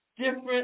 different